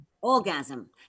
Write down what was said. Orgasm